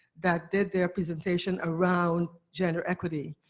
that did their presentation around gender equity.